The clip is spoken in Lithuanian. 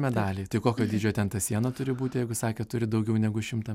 medaliai tai kokio dydžio ten ta siena turi būt jeigu sakėt turit daugiau negu šimtą